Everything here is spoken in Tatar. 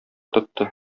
тотты